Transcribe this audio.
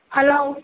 hello